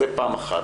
דבר שני,